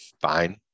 fine